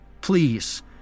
Please